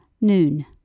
Noon